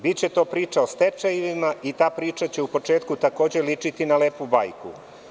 Biće to priča o stečajevima i ta priča će u početku takođe ličiti na lepu bajku.